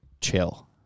chill